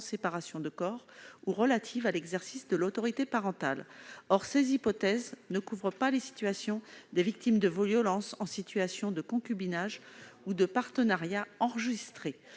séparation de corps ou relative à l'exercice de l'autorité parentale. Or ces hypothèses ne couvrent pas les situations des victimes de violences en situation de concubinage ou de partenariat enregistré.